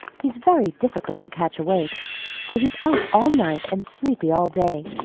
he's very difficult to catch awake for he's out all night and sleepy all day.